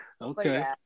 Okay